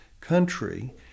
country